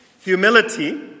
Humility